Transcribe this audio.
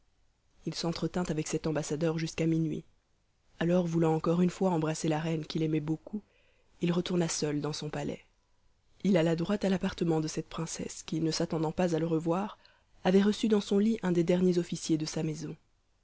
il s'entretint avec cet ambassadeur jusqu'à minuit alors voulant encore une fois embrasser la reine qu'il aimait beaucoup il retourna seul dans son palais il alla droit à l'appartement de cette princesse qui ne s'attendant pas à le revoir avait reçu dans son lit un des derniers officiers de sa maison